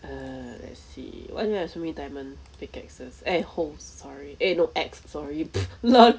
err let's see what do you mean by so many diamond pick axes eh hold sorry eh no X sorry LOL